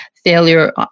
failure